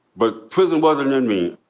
but prison wasn't in me.